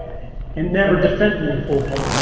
and never defending your full